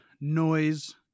noise